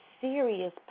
serious